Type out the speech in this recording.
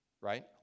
Right